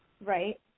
right